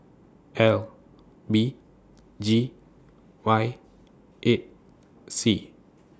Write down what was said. L B G Y eight C